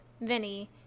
Vinny